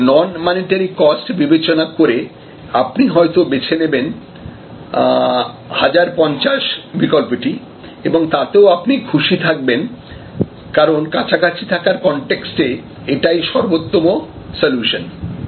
এইসব non monetary cost বিবেচনা করে আপনি হয়তো বেছে নেবেন 1050 বিকল্পটি এবং তাতেও আপনি খুশি থাকবেন কারণ কাছাকাছি থাকার কন্টেক্সটে এটাই সর্বোত্তম সলিউশন